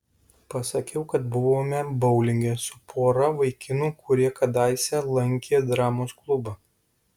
pasakiau kad buvome boulinge su pora vaikinų kurie kadaise lankė dramos klubą